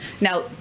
Now